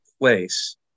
place